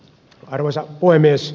arvoisa puhemies